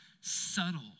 subtle